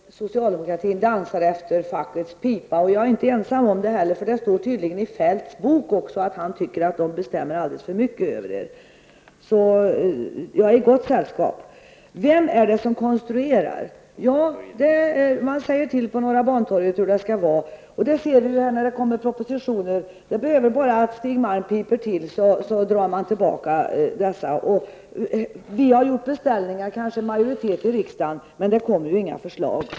Herr talman! Att socialdemokratin dansar efter LO-fackets pipa är jag inte ensam om att tycka. Det står tydligen i Feldts bok också att han tycker att facket bestämmer alldeles för mycket. Så jag är i gott sällskap. Vem är det som konstruerar? Man säger till från Norra Bantorget hur det skall vara. Det behövs bara att Stig Malm piper till, så drar regeringen tillbaka propositioner. En majoritet i riksdagen kan ha gjort beställningar, men det kommer inga förslag.